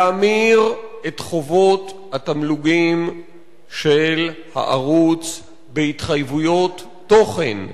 להמיר את חובות התמלוגים של הערוץ בהתחייבויות תוכן.